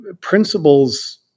principles